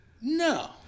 No